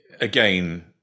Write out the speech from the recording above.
again